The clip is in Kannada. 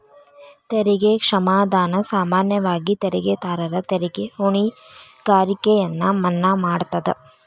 ತೆರಿಗೆ ಕ್ಷಮಾದಾನ ಸಾಮಾನ್ಯವಾಗಿ ತೆರಿಗೆದಾರರ ತೆರಿಗೆ ಹೊಣೆಗಾರಿಕೆಯನ್ನ ಮನ್ನಾ ಮಾಡತದ